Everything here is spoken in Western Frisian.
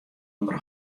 ûnder